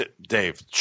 Dave